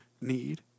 need